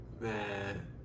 Man